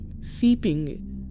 seeping